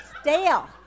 stale